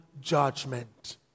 judgment